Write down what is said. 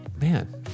man